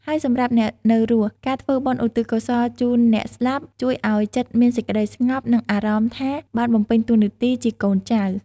ហើយ សម្រាប់អ្នកនៅរស់ ការធ្វើបុណ្យឧទ្ទិសកុសលជូនអ្នកស្លាប់ ជួយឲ្យចិត្តមានសេចក្តីស្ងប់ និងអារម្មណ៍ថាបានបំពេញតួនាទីជាកូនចៅ។